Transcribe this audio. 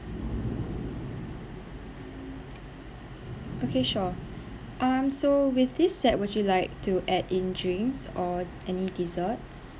okay sure um so with this set would you like to add in drinks or any dessert